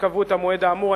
כשקבעו את המועד האמור.